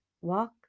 walk